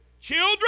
Children